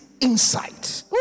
insight